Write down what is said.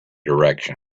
direction